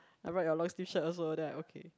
I brought your long sleeve shirt also then I okay